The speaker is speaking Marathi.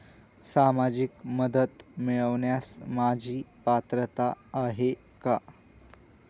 सामाजिक मदत मिळवण्यास माझी पात्रता आहे का?